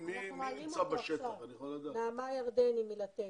יש לנו את נעמה ירדני מארגון לתת.